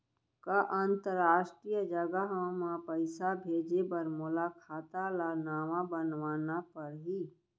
का अंतरराष्ट्रीय जगह म पइसा भेजे बर मोला खाता ल नवा बनवाना पड़ही?